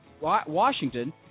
Washington